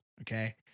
okay